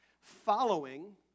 Following